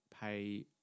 pay